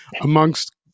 amongst